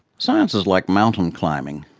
science is like mountain climbing.